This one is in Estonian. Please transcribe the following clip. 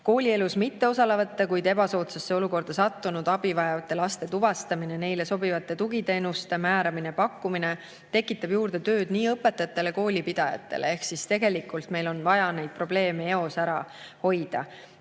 Koolielus mitteosalevate ja ebasoodsasse olukorda sattunud abi vajavate laste tuvastamine ning neile sobivate tugiteenuste määramine ja pakkumine tekitab tööd juurde nii õpetajatele kui koolipidajatele. Tegelikult meil on vaja neid probleeme eos ära hoida.